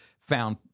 found